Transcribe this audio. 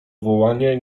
wołanie